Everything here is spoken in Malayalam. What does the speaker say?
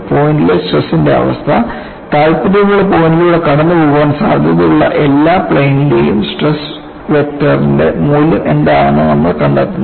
പോയിന്റിലെ സ്ട്രെസ്ന്റെ അവസ്ഥ താൽപ്പര്യമുള്ള പോയിൻറ്ലൂടെ കടന്നുപോകാൻ സാധ്യതയുള്ള എല്ലാ പ്ലെയിനിലേയും സ്ട്രെസ് വെക്ടറിന്റെ മൂല്യം എന്താണെന്ന് നമ്മൾ കണ്ടെത്തുന്നു